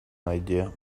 idea